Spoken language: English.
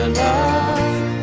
love